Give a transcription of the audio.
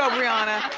ah brianna,